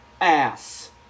ass